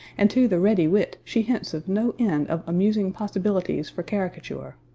and to the ready wit she hints of no end of amusing possibilities for caricature.